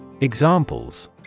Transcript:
Examples